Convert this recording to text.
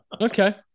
Okay